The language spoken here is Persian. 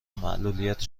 معلولیت